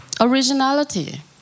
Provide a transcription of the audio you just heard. originality